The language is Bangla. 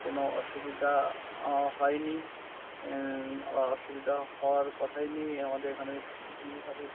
কোনো অসুবিধা হয় নি অসুবিধা হওয়ার কথাই নেই আমাদের এখানে যেভাবে